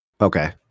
Okay